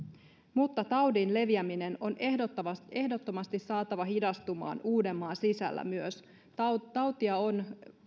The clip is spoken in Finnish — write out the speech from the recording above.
mutta taudin leviäminen on ehdottomasti ehdottomasti saatava hidastumaan uudenmaan sisällä myös tautia on